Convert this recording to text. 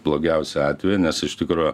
blogiausią atvejį nes iš tikro